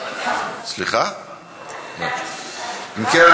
אם כן,